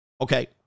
Okay